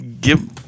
give